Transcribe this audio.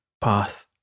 path